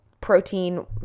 protein